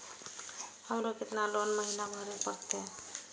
हमरो केतना लोन महीना में भरे परतें?